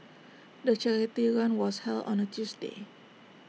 the charity run was held on A Tuesday